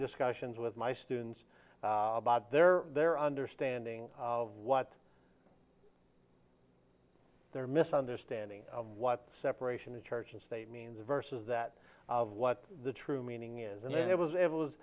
discussions with my students about their their understanding of what their misunderstanding of what separation of church and state means versus that of what the true meaning is and there was